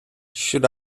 should